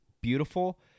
beautiful